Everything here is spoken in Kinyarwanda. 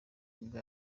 nibwo